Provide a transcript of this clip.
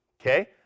okay